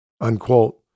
Unquote